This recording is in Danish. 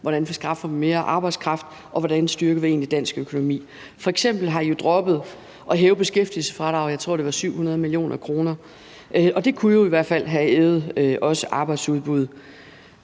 hvordan vi skaffer mere arbejdskraft, og hvordan vi egentlig styrker dansk økonomi. F.eks. har I droppet at hæve beskæftigelsesfradraget med, jeg tror, det var 700 mio. kr., og det kunne jo i hvert fald have øget arbejdsudbuddet.